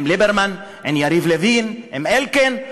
עם ליברמן, עם יריב לוין, עם אלקין.